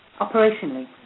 operationally